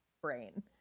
brain